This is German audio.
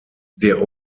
der